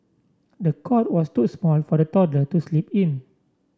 the cot was too small for the toddler to sleep in